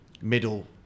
middle